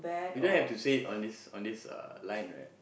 we don't have to say on this on this uh line right